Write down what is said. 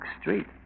street